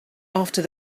after